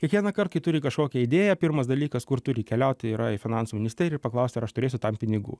kiekvienąkart kai turi kažkokią idėją pirmas dalykas kur turi keliauti yra į finansų ministeriją ir paklausti ar aš turėsiu tam pinigų